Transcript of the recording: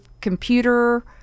computer